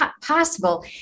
possible